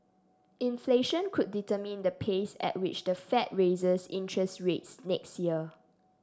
inflation could determine the pace at which the Fed raises interest rates next year